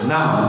Now